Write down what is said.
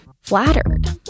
flattered